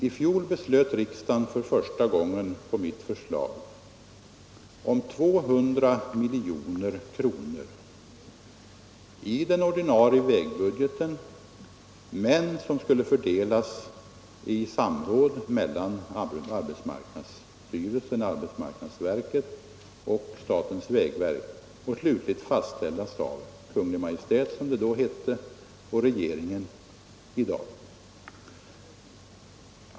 I fjol beslöt riksdagen för första gången på mitt förslag att anslå 200 milj.kr. i den ordinarie vägbudgeten, men summan skulle fördelas i samråd mellan arbetsmarknadsverket och statens vägverk och slutligt fastställas av Kungl. Maj:t, som det då hette; regeringen heter det ju i dag.